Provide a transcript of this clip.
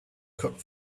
cook